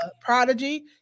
prodigy